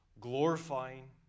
glorifying